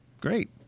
Great